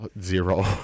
Zero